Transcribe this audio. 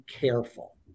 careful